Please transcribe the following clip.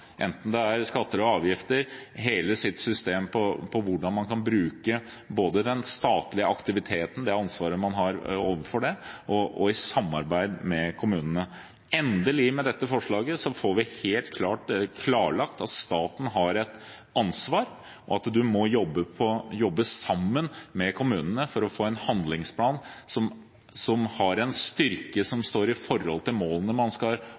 enten det er skatter eller avgifter, med hele sitt system for hvordan man kan bruke den statlige aktiviteten – det ansvaret man her har – i samarbeid med kommunene. Endelig: Med dette forslaget til vedtak får vi helt klart klarlagt at staten har et ansvar, og at man må jobbe sammen med kommunene for å få en handlingsplan som har en styrke som står i forhold til målene man skal